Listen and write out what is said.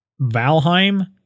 Valheim